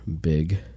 big